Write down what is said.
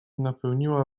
napełniła